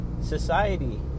society